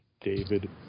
David